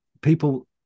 people